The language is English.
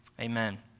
amen